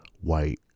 white